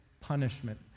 punishment